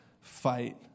fight